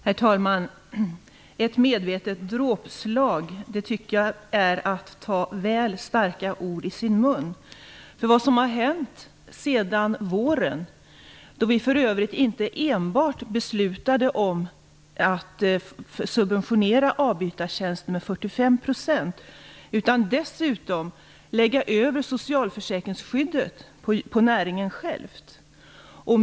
Herr talman! Att säga att det är fråga om ett medvetet dråpslag tycker jag är att ta väl starka ord i sin mun. I våras beslutade vi inte enbart om att subventionera avbytartjänsterna med 45 %, utan vi lade även över socialförsäkringsskyddet på näringen själv.